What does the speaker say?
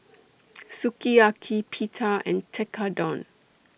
Sukiyaki Pita and Tekkadon